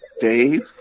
Dave